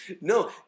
no